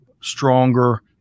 stronger